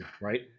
Right